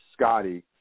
Scotty